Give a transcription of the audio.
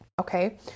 Okay